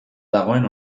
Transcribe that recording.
dagoen